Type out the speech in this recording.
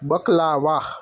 baklava